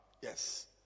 yes